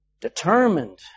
determined